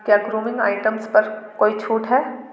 क्या grooming items पर कोई छूट है